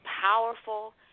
powerful